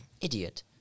idiot